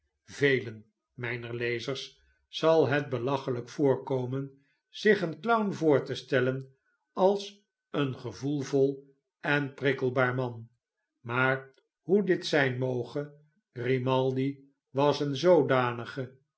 velen mijner lezers zal het belachelijk voorkomen zich een clown voor te stellen als een gevoel vol en prikkelbaar man maar hoe dit zijn moge grimaldi was een zoodanige